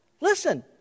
Listen